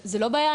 זה לא בעיה,